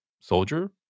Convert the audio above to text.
soldier